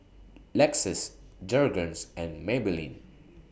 Lexus Jergens and Maybelline